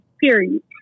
period